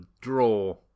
draw